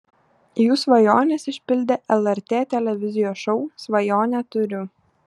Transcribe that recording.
jų svajones išpildė lrt televizijos šou svajonę turiu